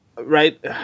Right